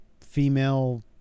female